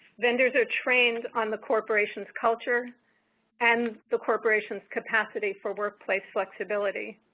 vendors are trained on the corporation's cultures and the corporation's capacity for workplace flexibility.